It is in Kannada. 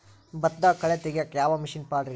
ಭತ್ತದಾಗ ಕಳೆ ತೆಗಿಯಾಕ ಯಾವ ಮಿಷನ್ ಪಾಡ್ರೇ?